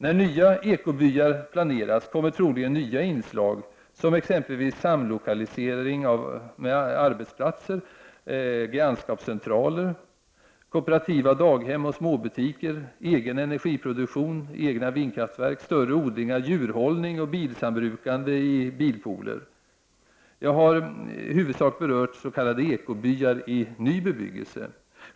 När nya ekobyar planeras kommer troligen nya inslag, exempelvis samlokaliserade arbetsplatser, grannskapscentraler, kooperativa daghem och småbutiker, egen energiproduktion, egna vindkraftverk, större odlingar, djurhållning och bilsambrukande i bilpooler. Jag har i huvudsak berört s.k. ekobyar i ny bebyggelse.